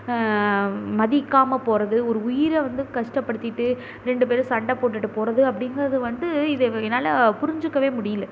மதிக்காமல் போகிறது ஒரு உயிரை வந்து கஷ்டப்படுத்திட்டு ரெண்டு பேரும் சண்டை போட்டுட்டு போகிறது அப்படிங்கிறது வந்து இதை என்னால் புரிஞ்சுக்கவே முடியல